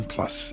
Plus